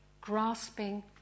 grasping